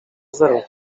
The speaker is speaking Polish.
zero